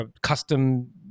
custom